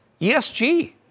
ESG